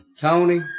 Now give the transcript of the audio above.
Tony